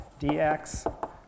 DX